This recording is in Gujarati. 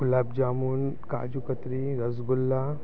ગુલાબ જાંબુ કાજુ કતરી રસગુલ્લા